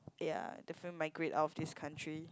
ya definitely migrate out of this country